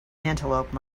antelope